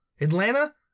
Atlanta